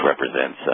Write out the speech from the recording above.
represents